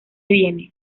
viene